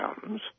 comes